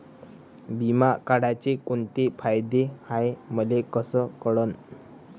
बिमा काढाचे कोंते फायदे हाय मले कस कळन?